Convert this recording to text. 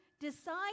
decide